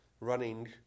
running